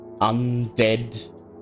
undead